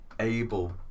able